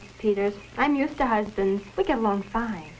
peters i'm used to husbands we get along fine